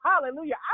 hallelujah